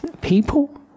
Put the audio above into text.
people